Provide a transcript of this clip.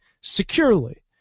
securely